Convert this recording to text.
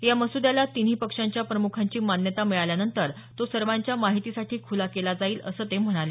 या मसद्याला तिन्ही पक्षांच्या प्रमुखांची मान्यता मिळाल्यानंतर तो सर्वांच्या माहितीसाठी खुला केला जाईल असं ते म्हणाले